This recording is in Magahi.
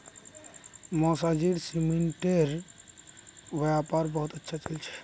मौसाजीर सीमेंटेर व्यापार बहुत अच्छा चल छ